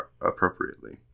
appropriately